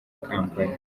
kampala